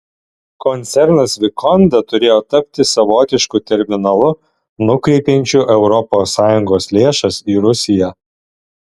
koncernas vikonda turėjo tapti savotišku terminalu nukreipiančiu europos sąjungos lėšas į rusiją